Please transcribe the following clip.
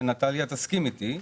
שנטליה תסכים אתי,